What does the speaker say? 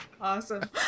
Awesome